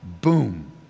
Boom